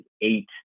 eight